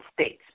States